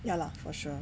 ya lah for sure